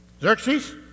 Xerxes